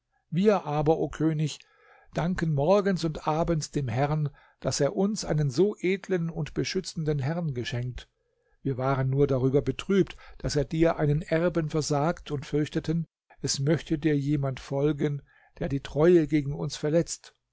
wir aber o könig danken morgens und abends dem herrn daß er uns einen so edlen und beschützenden herrn geschenkt wir waren nur darüber betrübt daß er dir einen erben versagt und fürchteten es möchte dir jemand folgen der die treue gegen uns verletzt